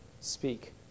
speak